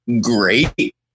great